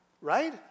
right